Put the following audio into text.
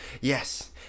yes